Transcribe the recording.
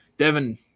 Devin